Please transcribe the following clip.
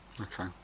Okay